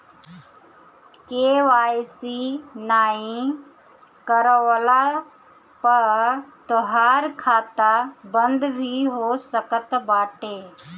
KYC नाइ करववला पअ तोहार खाता बंद भी हो सकत बाटे